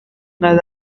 قدم